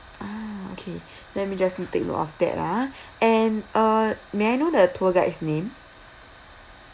ah okay let me just note take note of that ah and uh may I know the tour guide's name